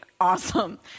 awesome